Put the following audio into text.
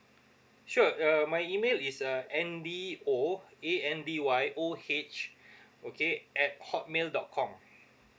sure uh my email is uh andy oh A N D Y O H okay at Hotmail dot com